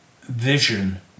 vision